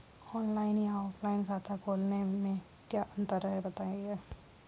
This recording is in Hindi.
ऑनलाइन या ऑफलाइन खाता खोलने में क्या अंतर है बताएँ?